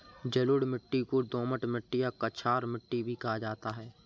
जलोढ़ मिट्टी को दोमट मिट्टी या कछार मिट्टी भी कहा जाता है